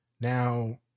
now